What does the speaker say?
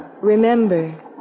Remember